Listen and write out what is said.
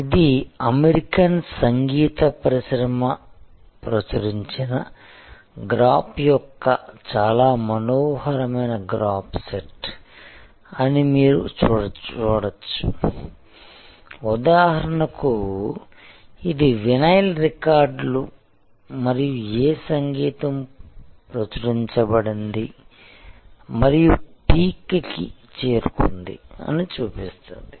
ఇది అమెరికన్ సంగీత పరిశ్రమ ప్రచురించిన గ్రాఫ్ యొక్క చాలా మనోహరమైన గ్రాఫ్ సెట్ అని మీరు చూడవచ్చు ఉదాహరణకు ఇది వినైల్ రికార్డులు మరియు ఏ సంగీతం ప్రచురించబడింది మరియు పీక్ కి చేరుకుంది అని చూపిస్తుంది